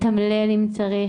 לתמלל אם צריך,